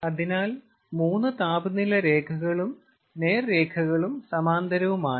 അതിനാൽ മൂന്ന് താപനില രേഖകളും നേർരേഖകളും സമാന്തരവുമാണ്